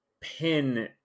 pin